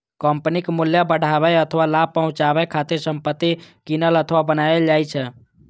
कंपनीक मूल्य बढ़ाबै अथवा लाभ पहुंचाबै खातिर संपत्ति कीनल अथवा बनाएल जाइ छै